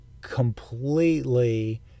completely